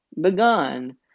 begun